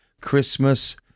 Christmas